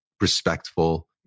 respectful